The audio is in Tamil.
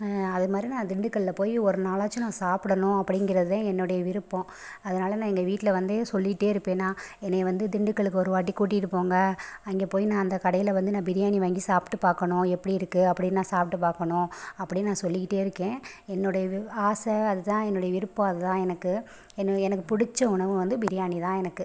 அதுமாதிரி நான் திண்டுக்கல்லில் போய் ஒரு நாளாச்சும் நான் சாப்பிடணும் அப்படிங்கிறது தான் என்னுடைய விருப்பம் அதனால் நான் எங்கள் வீட்டில் வந்து சொல்லிகிட்டே இருப்பேன் நான் என்னை வந்து திண்டுக்கல்லுக்கு ஒருவாட்டி கூட்டிகிட்டு போங்க அங்கே போய் நான் அந்த கடையில் வந்து நான் பிரியாணி வாங்கி சாப்பிட்டு பார்க்கணும் எப்படி இருக்குது அப்படின்னு நான் சாப்பிட்டு பார்க்கணும் அப்படின்னு சொல்லிக்கிட்டே இருக்கேன் என்னுடைய வி ஆசை அதுதான் என்னுடைய விருப்பம் அதுதான் எனக்கு என்ன எனக்கு பிடிச்ச உணவு வந்து பிரியாணி தான் எனக்கு